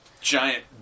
Giant